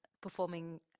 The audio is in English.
performing